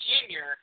Junior